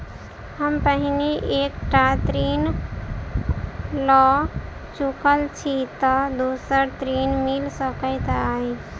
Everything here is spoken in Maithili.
हम पहिने एक टा ऋण लअ चुकल छी तऽ दोसर ऋण मिल सकैत अई?